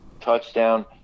Touchdown